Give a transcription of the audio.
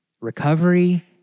recovery